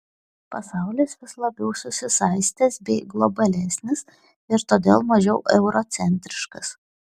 pasaulis vis labiau susisaistęs bei globalesnis ir todėl mažiau eurocentriškas